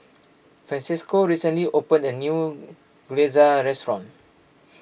Francesco recently opened a new Gyoza restaurant